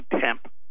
temp